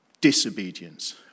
disobedience